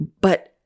but-